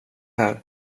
här